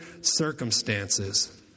circumstances